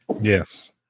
Yes